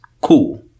Cool